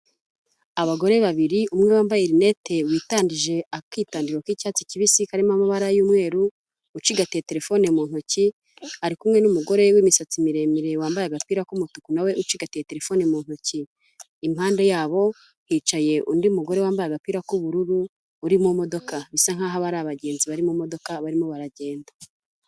Abagore babiri, umwe wambaye rinete witangije akitariro k'icyatsi kibisi karimo amabara y'umweru, ucigatiye telefone mu ntoki ari kumwe n'umugore w'imisatsi miremire wambaye agapira k'umutuku nawe ucikaye telefoni mu ntoki. impande yabo hicaye undi mugore wambaye agapira k'ubururu uri mu modoka bisa nk'aho aba ari abagenzi bari mu modoka barimo baragenda.